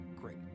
great